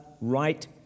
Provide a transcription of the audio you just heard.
right